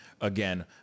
again